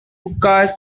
hookahs